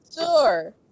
sure